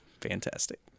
fantastic